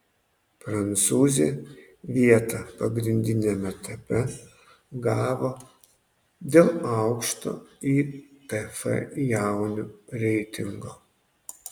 prancūzė vietą pagrindiniame etape gavo dėl aukšto itf jaunių reitingo